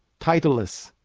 titleless,